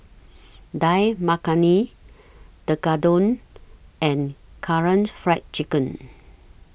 Dal Makhani Tekkadon and Karaage Fried Chicken